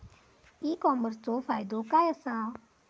E कॉमर्सचो फायदो काय असा?